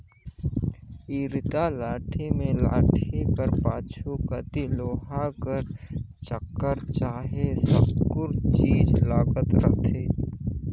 इरता लाठी मे लाठी कर पाछू कती लोहा कर चाकर चहे साकुर चीज लगल रहथे